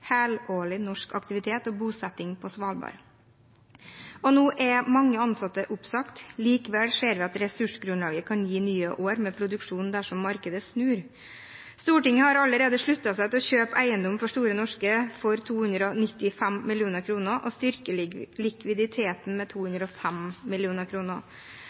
helårlig norsk aktivitet og bosetting på Svalbard. Nå er mange ansatte oppsagt, likevel ser vi at ressursgrunnlaget kan gi nye år med produksjon dersom markedet snur. Stortinget har allerede sluttet seg til å kjøpe eiendom fra Store Norske for 295 mill. kr og styrke likviditeten med